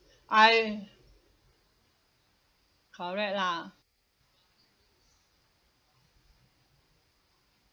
I correct lah